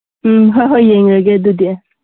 ꯎꯝ ꯍꯣꯏ ꯍꯣꯏ ꯌꯦꯡꯉꯒꯦ ꯑꯗꯨꯗꯤ